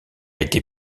été